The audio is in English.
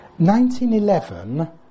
1911